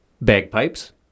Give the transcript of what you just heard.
bagpipes